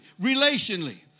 relationally